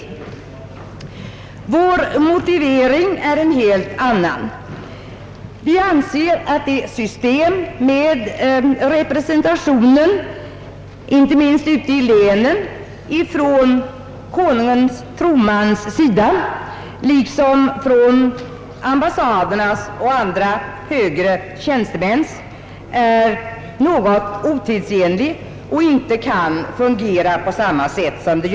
Vår motivering är en helt annan. Vi anser att systemet för den statliga representationen, som gäller bl.a. ute i länen för Konungens troman liksom för ambassadernas tjänstemän och andra högre tjänstemän, är otidsenligt och i framtiden inte kan fungera på samma sätt som nu.